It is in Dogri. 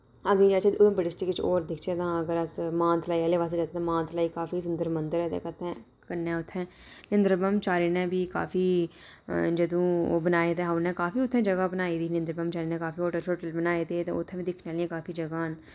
अग्गें ई अस उधमपुर डिस्ट्रिक च और दिखचै तां अगर अस मानतलाई आह्ले पास्से जाचै तां मानतलाई काफी सुन्दर मंदर ऐ ते कन्नै उत्थै इंदरब्रह्म चार्य नै बी काफी जदूं ओह् बनाए ते हा उनें काफी उत्थै जगह् बनाई दी ही इंद्रब्रह्म चार्य नै होटल शोटल बनाए दे हे ते उत्थै बी दिक्खने आह्लियां काफी जगह्ं न